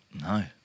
No